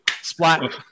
Splat